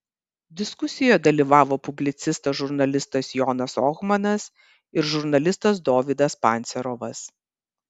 diskusijoje dalyvavo publicistas žurnalistas jonas ohmanas ir žurnalistas dovydas pancerovas